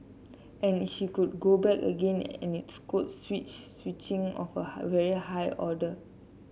and she could go back again and it's code switch switching of a very high order